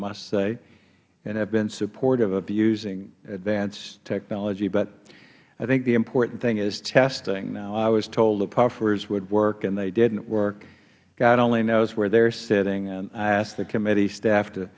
must say and have been supportive of using advanced technology but i think the important thing is testing now i was told the puffers would work and they didn't work god only knows where they are sitting i ask the committee staff to